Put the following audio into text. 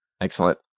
Excellent